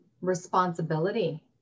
responsibility